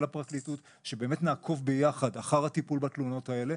של הפרקליטות שבאמת נעקוב ביחד אחר הטיפול בתלונות האלה,